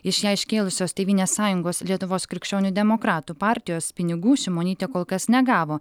iš ją iškėlusios tėvynės sąjungos lietuvos krikščionių demokratų partijos pinigų šimonytė kol kas negavo